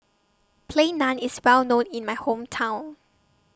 Plain Naan IS Well known in My Hometown